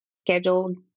scheduled